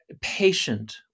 patient